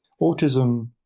autism